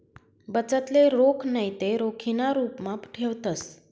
बचतले रोख नैते रोखीना रुपमा ठेवतंस